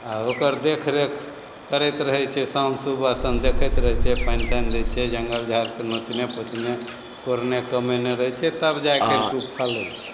आ ओकर देखरेख करैत रहै छै शाम सुबह तहन देखैत रहै छै पाइन ताइन दै छै जङ्गल झाड़ कऽ नोचने पोचने कोड़ने कमेने रहै छै तब जा करिके उ फल दै छै